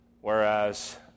Whereas